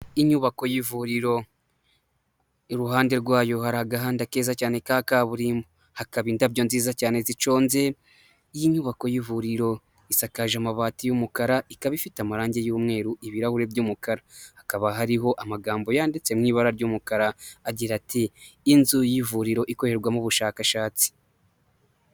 Inyubako y'ivuriro iruhande rwayo hari agahanda keza cyane ka kaburimbo hakaba indabyo nziza cyane ziconze ,iy'inyubako y'ivuriro isakaje amabati y'umukara ikaba ifite amarangi y'umweru ,ibirahuri by'umukara hakaba hariho amagambo yanditse mw'i ibara ry'umukara agira ati ''inzu y'ivuriro ikorerwamo ubushakashatsi''.